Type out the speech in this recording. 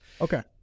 Okay